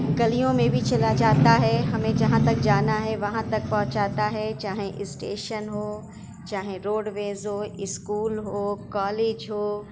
گلیوں میں بھی چلا جاتا ہے ہمیں جہاں تک جانا ہے وہاں تک پہنچاتا ہے چاہے اسٹیشن ہو چاہے روڈ ویز ہو اسکول ہو کالج ہو